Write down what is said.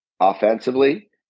offensively